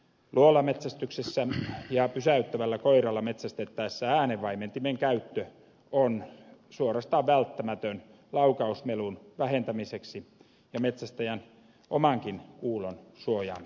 luolametsästyksessä ja pysäyttävällä koiralla metsästettäessä äänenvaimentimen käyttö on suorastaan välttämätön laukausmelun vähentämiseksi ja metsästäjän omankin kuulon suojaamiseksi